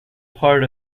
part